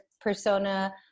persona